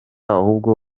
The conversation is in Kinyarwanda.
ahubwo